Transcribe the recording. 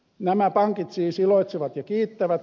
nämä pankit siis iloitsevat ja kiittävät